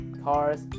Cars